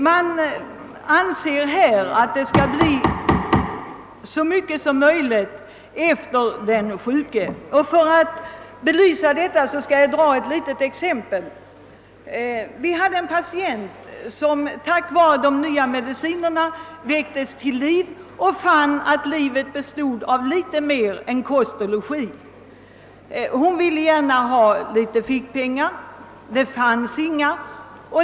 Dessa anser ofta att det skall bli så mycket som möjligt efter den sjuke. För att belysa detta skall jag anföra ett litet exempel. Vi hade en patient som tack vare de nya medicinerna väcktes till liv. Hon fann att livet bestod av litet mer än kost och logi. Hon ville gärna ha litet fickpengar. Det fanns inga.